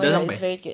dah sampai